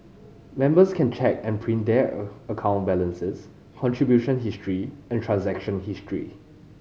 members can check and print their a account balances contribution history and transaction history